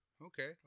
Okay